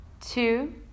Two